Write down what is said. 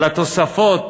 על התוספות